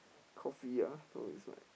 coffee ah so it's like